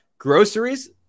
Groceries